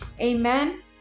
Amen